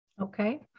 Okay